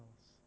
else